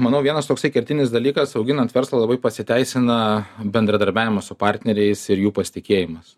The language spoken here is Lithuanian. manau vienas toksai kertinis dalykas auginant verslą labai pasiteisina bendradarbiavimas su partneriais ir jų pasitikėjimas